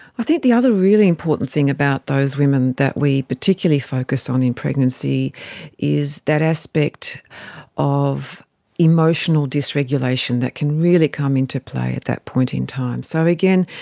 i think the other really important thing about those women that we particularly focus on in pregnancy is that aspect of emotional dysregulation that can really come into play at that point in time. so again,